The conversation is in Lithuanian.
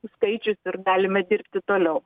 skaičius ir galime dirbti toliau